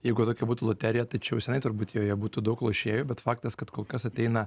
jeigu tokia būtų loterija tai čia jau senai turbūt joje būtų daug lošėjų bet faktas kad kol kas ateina